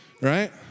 Right